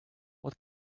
what